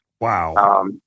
Wow